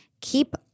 keep